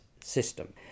system